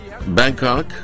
Bangkok